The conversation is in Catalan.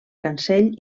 cancell